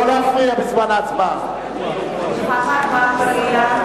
(קוראת בשמות חברי הכנסת) רוחמה אברהם-בלילא,